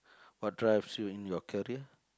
what drives you in your career